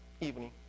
evening